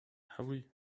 hurry